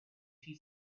she